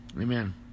amen